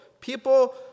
People